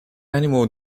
animal